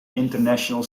international